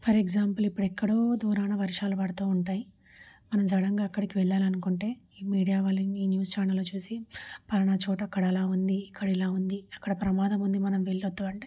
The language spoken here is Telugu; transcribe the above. ఫర్ ఎగ్జాంపుల్ ఇక్కడ ఎక్కడో దూరాన వర్షాలు పడతూ ఉంటాయి మనం సడన్గా అక్కడికి వెళ్ళాలనుకుంటే ఈ మీడియా వాళ్ళ ఈ న్యూస్ ఛానల్లో చూసి ఫలానా చోట అక్కడ అలా ఉంది ఇక్కడ ఎలా ఉంది అక్కడ ప్రమాదం ఉంది మనం వెళ్ళొద్దు అంటే